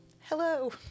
Hello